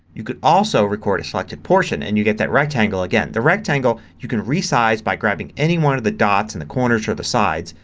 you can also record a selected portion and you get that rectangle again. the rectangle you can resize by grabbing any one of the dots in the corners or the sides.